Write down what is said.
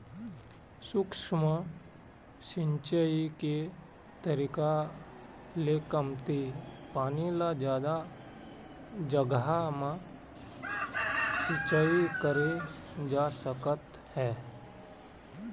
सूक्ष्म सिंचई के तरीका ले कमती पानी ल जादा जघा म सिंचई करे जा सकत हे